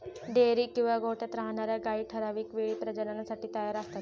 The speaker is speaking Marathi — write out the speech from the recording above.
डेअरी किंवा गोठ्यात राहणार्या गायी ठराविक वेळी प्रजननासाठी तयार असतात